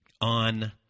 on